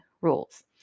rules